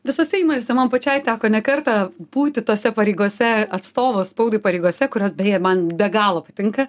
visose įmonėse man pačiai teko ne kartą būti tose pareigose atstovo spaudai pareigose kurios beje man be galo patinka